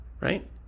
right